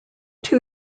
two